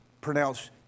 pronounced